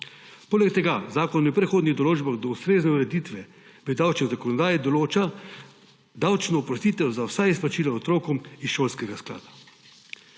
Poleg tega zakon v prehodnih določbah do ustrezne ureditve pri davčni zakonodaji določa davčno oprostitev za vsa izplačila otrokom iz šolskega sklada.